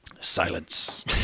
silence